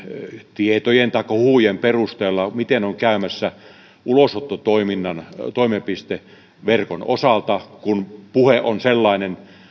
tietojen taikka huhujen perusteella miten on käymässä ulosottotoiminnan toimipisteverkon osalta kun puhe on sellainen